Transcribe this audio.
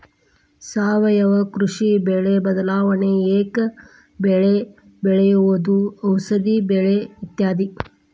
ಸಾವಯುವ ಕೃಷಿ, ಬೆಳೆ ಬದಲಾವಣೆ, ಏಕ ಬೆಳೆ ಬೆಳೆಯುವುದು, ಔಷದಿ ಬೆಳೆ ಇತ್ಯಾದಿ